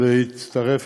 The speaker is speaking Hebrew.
והצטרף,